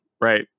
right